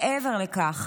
מעבר לכך,